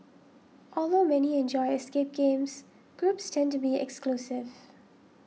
although many enjoy escape games groups tend to be exclusive